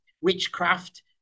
witchcraft